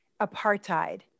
apartheid